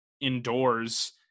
indoors